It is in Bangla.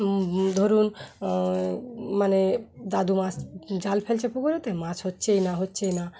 ধরুন মানে দাদু মাছ জাল ফেলছে পুকুরেতে মাছ হচ্ছেই না হচ্ছেই না